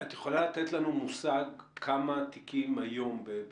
את יכולה לתת לנו מושג כמה תיקים היום, במספרים,